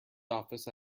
office